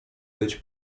być